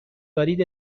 دارید